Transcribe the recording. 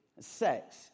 sex